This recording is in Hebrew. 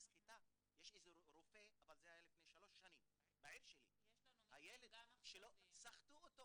בעיר שלי לפני שלוש שנים סחטו ילד של רופא,